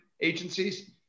agencies